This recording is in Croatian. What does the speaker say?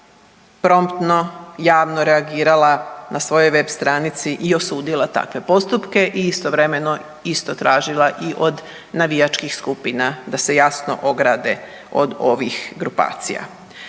promptno javno reagirala na svojoj web stranici i osudila takve postupke i istovremeno isto tražila i od navijačkih skupina da se jasno ograde od ovih grupacija.